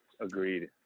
agreed